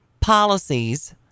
policies